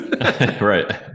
Right